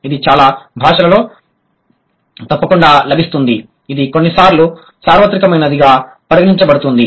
ఇది చాలా భాషలలో తప్పకుండా లభిస్తుంది అది కొన్నిసార్లు సార్వత్రికమైనదిగా పరిగణించబడుతుంది